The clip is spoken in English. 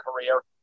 career